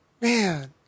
man